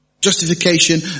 Justification